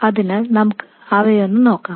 അതിനാൽ നമുക്ക് അവയൊന്ന് നോക്കാം